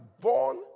born